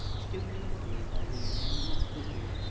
stooped with me above the inanimate figure,